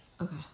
Okay